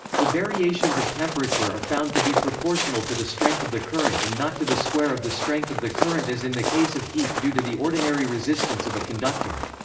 the variations of temperature are found to be proportional to the strength of the current and not to the square of the strength of the current as in the case of heat due to the ordinary resistance of a conductor.